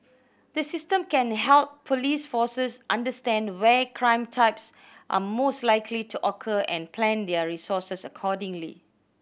the system can help police forces understand where crime types are most likely to occur and plan their resources accordingly